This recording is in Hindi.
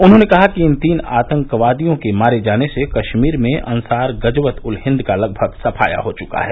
उन्होंने कहा कि इन तीन आतंकवादियों के मारे जाने से कश्मीर में अंसार गजवत उल हिंद का लगभग सफाया हो चुका है